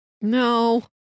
No